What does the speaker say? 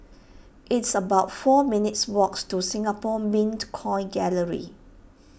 it's about four minutes' walk to Singapore Mint Coin Gallery